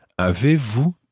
Avez-vous